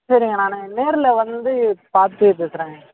சரிங்க நான் நேரில் வந்து பார்த்து பேசுகிறேங்க